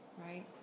right